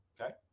Okay